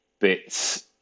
bits